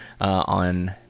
on